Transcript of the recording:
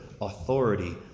authority